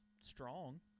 strong